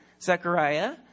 Zechariah